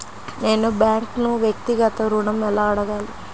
నేను బ్యాంక్ను వ్యక్తిగత ఋణం ఎలా అడగాలి?